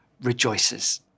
rejoices